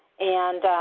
and